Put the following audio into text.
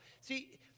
See